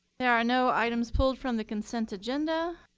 there are no items pulled from the consent agenda.